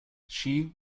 she